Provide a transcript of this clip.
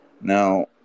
Now